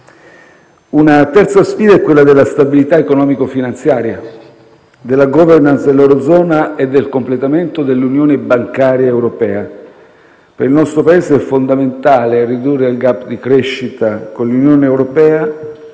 Una terza sfida è quella della stabilità economico-finanziaria, della *governance* dell'Eurozona e del completamento dell'Unione bancaria europea. Per il nostro Paese è fondamentale ridurre il *gap* di crescita con l'Unione europea,